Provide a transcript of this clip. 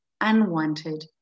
unwanted